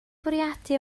bwriadu